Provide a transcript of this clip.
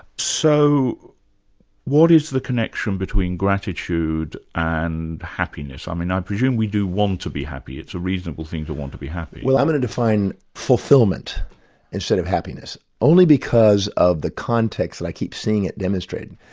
so what is the connection between gratitude and happiness? i mean, i presume we do want to be happy it's a reasonable thing to want to be happy. well i'm going to define fulfillment instead of happiness, only because of the context that i keep seeing it demonstrated.